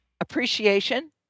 appreciation